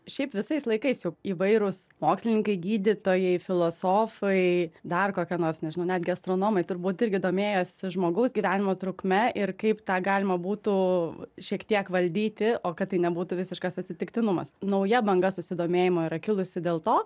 šiaip visais laikais jau įvairūs mokslininkai gydytojai filosofai dar kokie nors nežinau netgi astronomai turbūt irgi domėjos žmogaus gyvenimo trukme ir kaip tą galima būtų šiek tiek valdyti o kad tai nebūtų visiškas atsitiktinumas nauja banga susidomėjimo yra kilusi dėl to